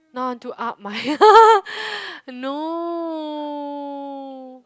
now I want to up my no